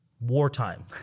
wartime